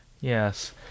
Yes